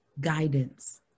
guidance